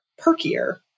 perkier